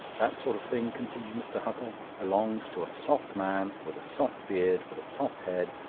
that sort of thing, continued mr. huttle, belongs to a soft man, with a soft beard with a soft head,